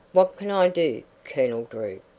what can i do, colonel drew?